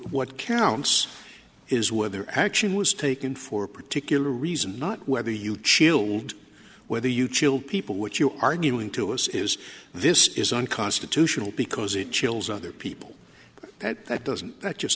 what counts is whether action was taken for a particular reason not whether you chilled whether you chilled people what you're arguing to us is this is unconstitutional because it chills other people but that doesn't that just